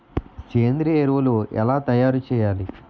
సేంద్రీయ ఎరువులు ఎలా తయారు చేయాలి?